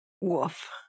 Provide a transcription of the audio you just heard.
Woof